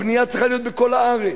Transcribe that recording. הבנייה צריכה להיות בכל הארץ,